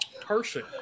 person